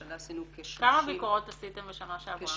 השנה עשינו כ-30 -- כמה ביקורות עשיתם בשנה שעברה?